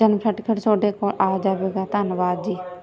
ਜਨਮ ਸਰਟੀਫੇਟ ਤੁਹਾਡੇ ਕੋਲ ਆ ਜਾਵੇਗਾ ਧੰਨਵਾਦ ਜੀ